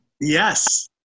Yes